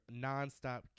nonstop